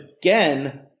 again